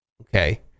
okay